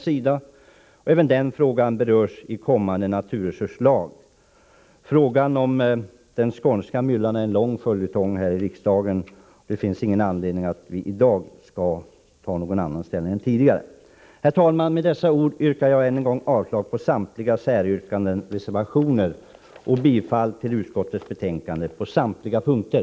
Denna fråga kommer också att beröras i kommande naturresurslag. Frågan om den skånska myllan har varit en lång följetong i riksdagen. Det finns därför ingen anledning att i dag ta någon annan ställning än tidigare. Herr talman! Med dessa ord yrkar jag än en gång avslag på samtliga säryrkanden och reservationer samt bifall till utskottets hemställan på samtliga punkter.